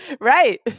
Right